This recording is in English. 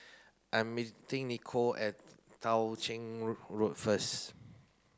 I meeting Nichole at Tao Ching Road first